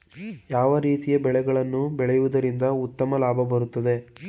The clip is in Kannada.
ಯಾವ ರೀತಿಯ ಬೆಳೆಗಳನ್ನು ಬೆಳೆಯುವುದರಿಂದ ಉತ್ತಮ ಲಾಭ ಬರುತ್ತದೆ?